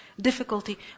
difficulty